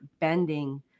bending